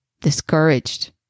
Discouraged